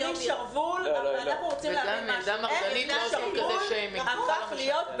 איך בלי שרוול הפך להיות בעיה?